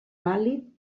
vàlid